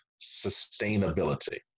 sustainability